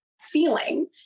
feeling